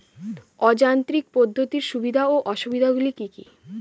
অযান্ত্রিক পদ্ধতির সুবিধা ও অসুবিধা গুলি কি কি?